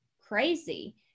crazy